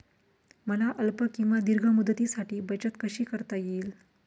मला अल्प किंवा दीर्घ मुदतीसाठी बचत कशी करता येईल?